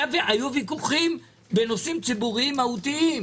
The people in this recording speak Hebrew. היו ויכוחים בנושאים ציבוריים מהותיים.